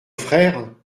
frère